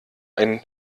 ein